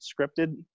scripted